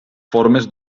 formes